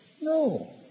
No